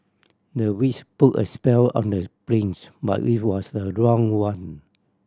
the witch put a spell on the prince but it was the wrong one